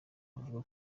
avuga